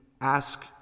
ask